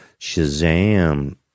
Shazam